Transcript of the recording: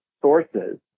sources